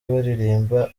baririmba